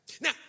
Now